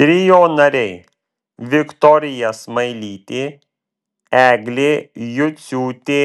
trio nariai viktorija smailytė eglė juciūtė